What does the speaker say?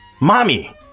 Mommy